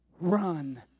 run